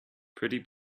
pretty